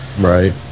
right